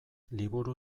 liburu